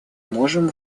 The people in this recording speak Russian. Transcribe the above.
можем